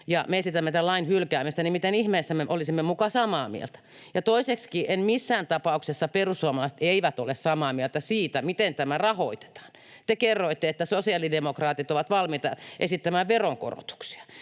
me esitämme tämän lain hylkäämistä, niin miten ihmeessä me olisimme muka samaa mieltä? Toiseksikin: Missään tapauksessa perussuomalaiset eivät ole samaa mieltä siitä, miten tämä rahoitetaan. Te kerroitte, että sosiaalidemokraatit ovat valmiita esittämään veronkorotuksia.